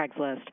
Craigslist